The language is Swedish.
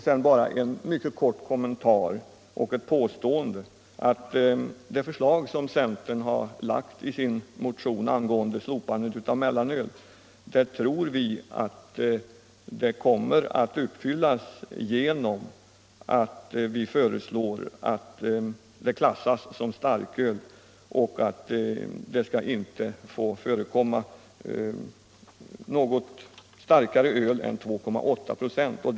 Sedan bara en mycket kort kommentar och ett påstående, att det förslag som centern har framlagt i sin motion angående slopande av mellanölet tror vi kommer att genomföras. Vi föreslår att mellanölet skall klassas som starköl och att det inte skall få förekomma något öl med större alkoholhalt än 2,8 96 i affärerna.